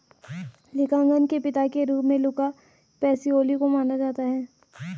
लेखांकन के पिता के रूप में लुका पैसिओली को माना जाता है